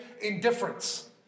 Indifference